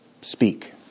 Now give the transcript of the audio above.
speak